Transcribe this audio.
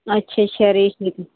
ਅੱਛਾ ਅੱਛਾ